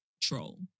troll